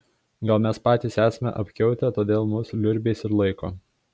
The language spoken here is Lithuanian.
gal mes patys esame apkiautę todėl mus liurbiais ir laiko